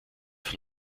von